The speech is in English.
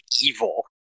evil